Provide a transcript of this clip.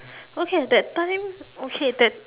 okay that time okay that